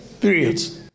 periods